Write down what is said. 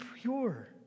pure